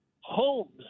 homes